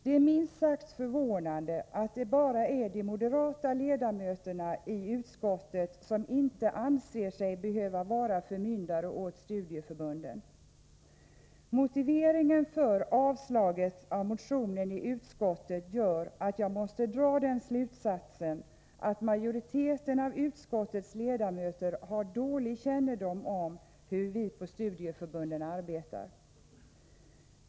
Det är minst sagt förvånande att det bara är de moderata ledamöterna i utskottet som inte anser sig behöva vara förmyndare åt studieförbunden. Motiveringen för avstyrkandet av motionen i utskottet gör att jag måste dra den slutsatsen att majoriteten av utskottets ledamöter har dålig kännedom om hur vi på studieförbunden arbetar.